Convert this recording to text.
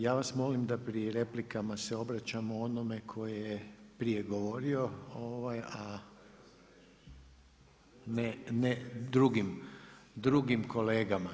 Ja vas molim da pri replikama se obraćamo63, onome tko je prije govorio, a ne drugim kolegama.